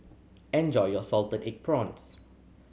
enjoy your salted egg prawns